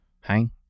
Hang